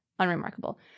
unremarkable